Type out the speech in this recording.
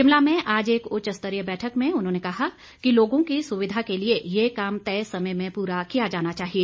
शिमला में आज एक उच्च स्तरीय बैठक में उन्होंने कहा कि लोगों की सुविधा के लिए यह काम तय समय में पूरा किया जाना चाहिए